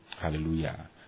Hallelujah